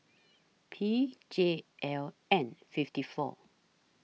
P J L N fifty four